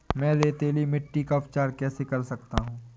मैं रेतीली मिट्टी का उपचार कैसे कर सकता हूँ?